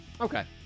Okay